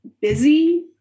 Busy